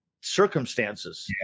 circumstances